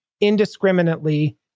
indiscriminately